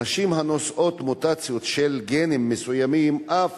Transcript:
נשים הנושאות מוטציות של גנים מסוימים אף